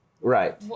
right